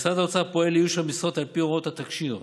משרד האוצר פועל לאיוש המשרות על פי הוראות התקשי"ר,